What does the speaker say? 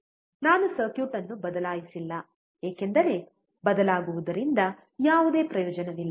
ನಾನು ಸರ್ಕ್ಯೂಟ್ ಅನ್ನು ಬದಲಾಯಿಸಿಲ್ಲ ಏಕೆಂದರೆ ಬದಲಾಗುವುದರಿಂದ ಯಾವುದೇ ಪ್ರಯೋಜನವಿಲ್ಲ